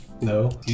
No